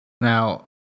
Now